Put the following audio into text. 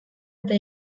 eta